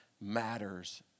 matters